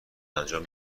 انجام